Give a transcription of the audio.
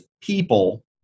people